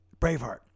Braveheart